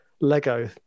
lego